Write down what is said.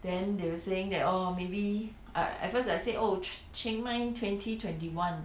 then they were saying that oh maybe I at first I say oh ch~ chiangmai twenty twenty one